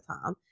time